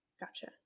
Gotcha